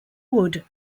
wood